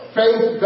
faith